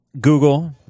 Google